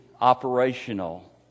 operational